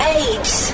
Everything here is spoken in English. eight